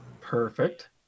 Perfect